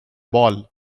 ball